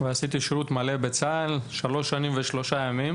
שירות מלא בצה"ל, שלוש שנים ושלושה ימים